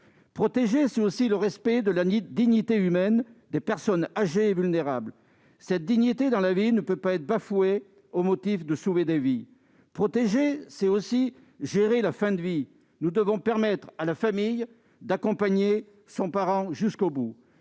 Protéger, c'est aussi respecter la dignité humaine des personnes âgées et vulnérables. Cette dignité dans la vie ne peut pas être bafouée au motif de sauver des vies. Protéger, c'est aussi gérer la fin de vie. Nous devons permettre à la famille d'accompagner son parent jusqu'au bout.